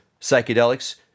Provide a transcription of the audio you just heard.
psychedelics